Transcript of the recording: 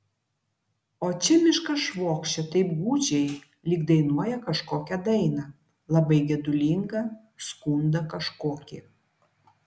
o čia miškas švokščia taip gūdžiai lyg dainuoja kažkokią dainą labai gedulingą skundą kažkokį